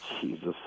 Jesus